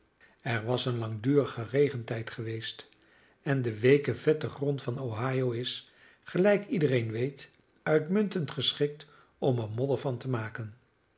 er was een langdurige regentijd geweest en de weeke vette grond van ohio is gelijk iedereen weet uitmuntend geschikt om er modder van te maken